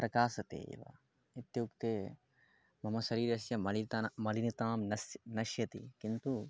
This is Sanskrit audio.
प्रकाशते एव इत्युक्ते मम शरीरस्य मलितन मलिनता नस् नश्यति किन्तु